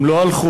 הם לא הלכו.